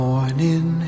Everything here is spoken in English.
Morning